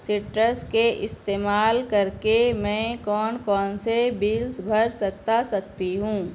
سٹرس کے استعمال کر کے میں کون کون سے بلز بھر سکتا سکتی ہوں